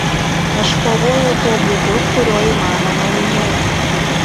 aš kovojau tuo būdu kuriuo įmanoma laimėti